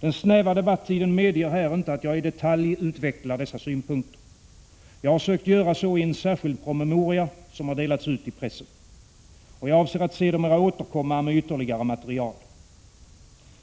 Den snäva debattiden medger inte att jag i detalj utvecklar dessa synpunkter. Jag har sökt göra så i en särskild promemoria som har delats ut till pressen. Jag avser att sedermera återkomma med ytterligare material.